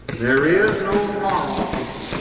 there is no moral issue.